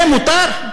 זה מותר?